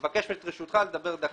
אני מבקש את רשותך לדבר דקה.